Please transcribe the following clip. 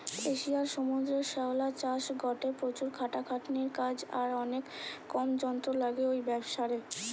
এশিয়ার সমুদ্রের শ্যাওলা চাষ গটে প্রচুর খাটাখাটনির কাজ আর অনেক কম যন্ত্র লাগে ঔ ব্যাবসারে